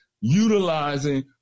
utilizing